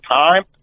time